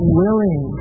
willing